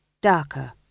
darker